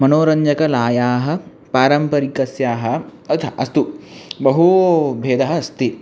मनोरञ्जककलायाः पारम्परिकस्याः अथ अस्तु बहु भेदः अस्ति